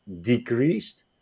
decreased